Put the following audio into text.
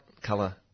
colour